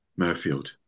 Murfield